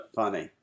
funny